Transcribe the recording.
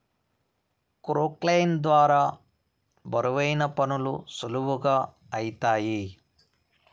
క్రొక్లేయిన్ ద్వారా బరువైన పనులు సులువుగా ఐతాయి